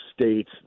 states